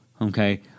okay